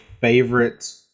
favorite